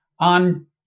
On